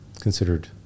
considered